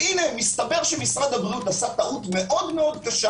ומסתבר שמשרד הבריאות עשה טעות מאוד קשה